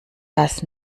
das